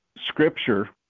scripture